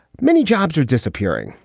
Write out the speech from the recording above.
many jobs are disappearing.